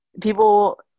people